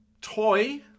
toy